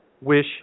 wish